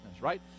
right